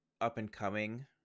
up-and-coming